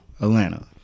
Atlanta